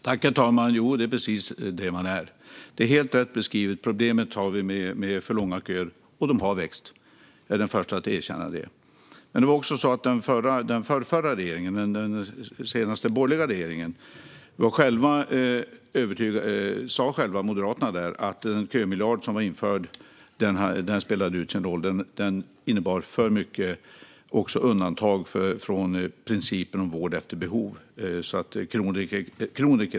Herr talman! Jo, det är precis det de är. Det är helt rätt beskrivet. Vi har ett problem med för långa köer, och de har växt. Jag är den förste att erkänna det. Men det är också så att Moderaterna i den förrförra regeringen, den senaste borgerliga regeringen, själva sa att den kömiljard som var införd spelade ut sin roll. Den innebar också för många undantag från principen om vård efter behov.